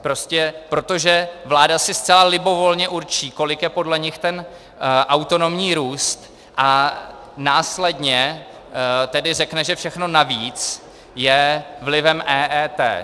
Prostě proto, že vláda si zcela libovolně určí, kolik je podle nich ten autonomní růst, a následně tedy řekne, že všechno navíc je vlivem EET.